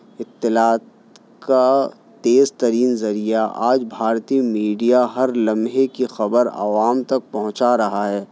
اطلاعت کا تیز ترین ذریعہ آج بھارتی میڈیا ہر لمحے کی خبر عوام تک پہنچا رہا ہے